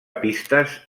pistes